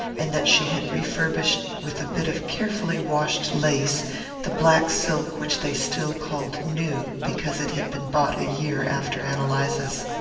and that she had refurbished with a bit of carefully washed lace the black silk which they still called new because it had been bought a year after ann eliza's.